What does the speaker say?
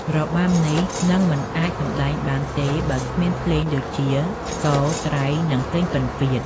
របាំនេះនឹងមិនអាចសម្តែងបានទេបើគ្មានភ្លេងដូចជា ស្គរ ត្រៃ និង ភ្លេងពិណពាទ្យ។